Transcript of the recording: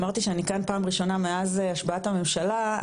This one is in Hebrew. אמרתי שאני כאן פעם ראשונה מאז השבעת הממשלה,